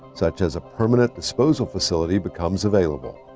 such as a permanent disposal facility, becomes available.